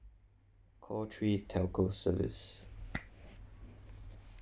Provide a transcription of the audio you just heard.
call three telco service